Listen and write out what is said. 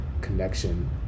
connection